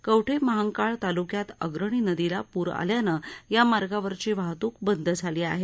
कवठेमहांकाळ तालुक्यात अग्रणी नदीला पूर आल्याने या मार्गावरची वाहतूक बंद झाली आहे